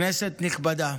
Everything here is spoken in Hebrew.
כנסת נכבדה,